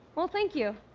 well, thank you.